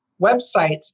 websites